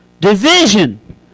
Division